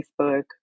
Facebook